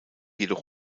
jedoch